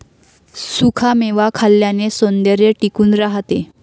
सुखा मेवा खाल्ल्याने सौंदर्य टिकून राहते